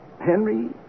Henry